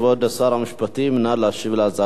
כבוד שר המשפטים, נא להשיב על ההצעה